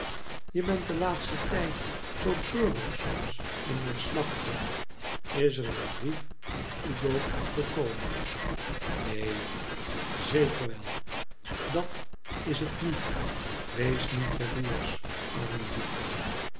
je bent den laatsten tijd zoo treurig soms en neerslachtig is er een brief van ugo gekomen neen zeker wel dat is het niet wees niet jaloersch arme hugo